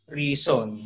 reason